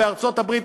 בארצות-הברית,